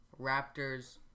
Raptors